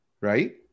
Right